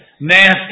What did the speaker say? nasty